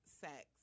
sex